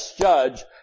judge